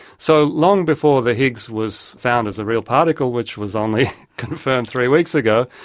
so, long before the higgs was found as a real particle, which was only confirmed three weeks ago,